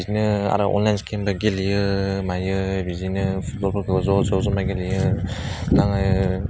बिदिनो आरो अनलाइन गेमसबो गेलेयो मायो बिदिनो फुटबलफोरखौ ज' ज' जाना गेलेयो आङो